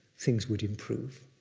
things would improve.